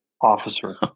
officer